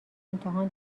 امتحان